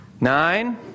nine